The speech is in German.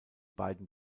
beiden